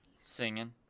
singing